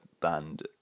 band